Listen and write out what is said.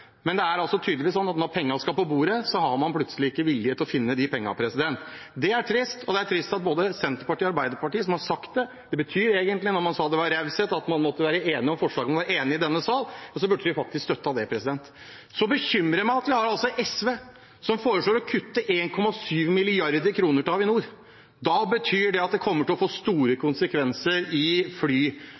men det er tydeligvis sånn at når pengene skal på bordet, har man plutselig ikke vilje til å finne pengene. Det er trist, og det er trist av både Senterpartiet og Arbeiderpartiet, som har sagt det. Det betyr egentlig når man sa det var raushet, og at man måtte være enige om forslagene i denne sal, at de faktisk burde støttet det. Så bekymrer det meg at SV foreslår å kutte 1,7 mrd. kr til Avinor. Det kommer til å få store konsekvenser for både flytrafikken og – ikke minst – infrastrukturen til flytrafikken. Det handler om vanlige arbeidsfolk som jobber på flyplassene rundt omkring i